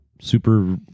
super